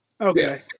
Okay